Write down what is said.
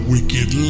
Wicked